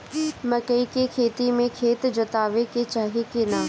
मकई के खेती मे खेत जोतावे के चाही किना?